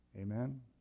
amen